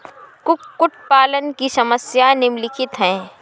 कुक्कुट पालन की समस्याएँ निम्नलिखित हैं